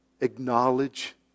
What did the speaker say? Acknowledge